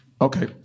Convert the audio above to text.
Okay